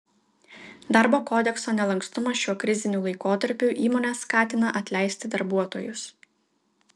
darbo kodekso nelankstumas šiuo kriziniu laikotarpiu įmones skatina atleisti darbuotojus